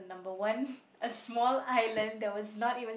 number one a small island that was not even